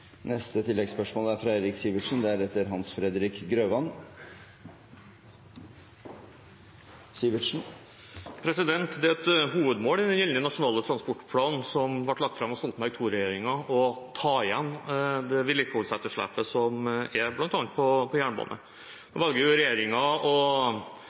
Eirik Sivertsen – til neste oppfølgingsspørsmål. Det er et hovedmål i gjeldende Nasjonal transportplan, som ble lagt fram av Stoltenberg II-regjeringen, å ta igjen vedlikeholdsetterslepet som er på bl.a. jernbane. Nå